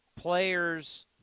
players